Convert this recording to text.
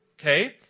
Okay